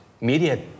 media